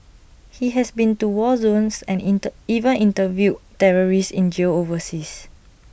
he has been to war zones and inter even interviewed terrorists in jails overseas